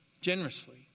generously